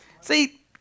See